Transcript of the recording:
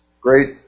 great